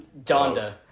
Donda